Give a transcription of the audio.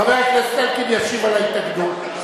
חבר הכנסת אלקין ישיב על ההתנגדות.